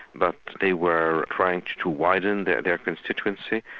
but they were trying to to widen their their constituency,